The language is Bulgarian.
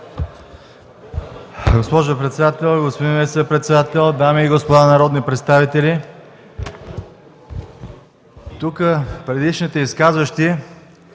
Госпожо председател, господин министър-председател, дами и господа народни представители! Предишните изказващи